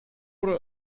oder